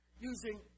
using